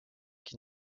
qui